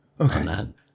Okay